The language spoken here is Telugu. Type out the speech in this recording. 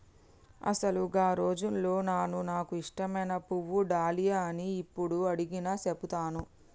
అసలు గా రోజుల్లో నాను నాకు ఇష్టమైన పువ్వు డాలియా అని యప్పుడు అడిగినా సెబుతాను